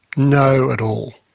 no at all.